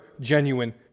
genuine